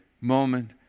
moment